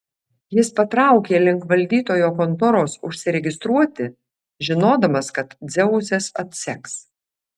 jis patraukė link valdytojo kontoros užsiregistruoti žinodamas kad dzeusas atseks